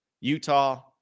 Utah